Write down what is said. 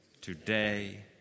today